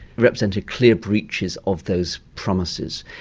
represented clear breaches of those promises.